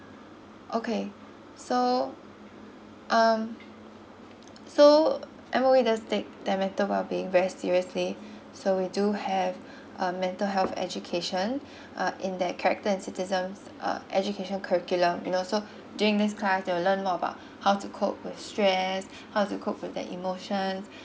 okay so um so M_O_E does take that their mental wellbeing very seriously so we do have a mental health education uh in that character and citizens uh education curriculum you know so during this class they will learn more about how to cope with stress how to cope with that emotion